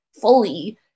fully